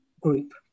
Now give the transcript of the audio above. Group